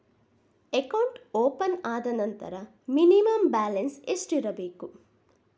Account open ಆದ ನಂತರ minimum balance ಎಷ್ಟಿರಬೇಕು?